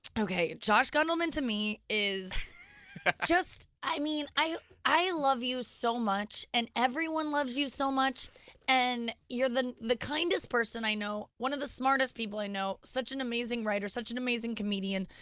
okay, josh gondelman to me is just, i mean, i i love you so much and everyone loves you so much and you're the the kindest person i know, one of the smartest people i know. such an amazing writer. such an amazing comedian.